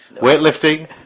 Weightlifting